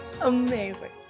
amazing